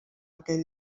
aquest